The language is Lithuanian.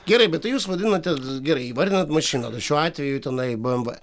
gerai bet tai jūs vadinate gerai įvardinat mašiną tai šiuo atveju tenai bmw